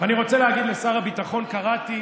אני רוצה להגיד לשר הביטחון: קראתי